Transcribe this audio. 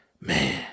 man